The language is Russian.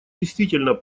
действительно